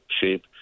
shape